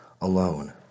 alone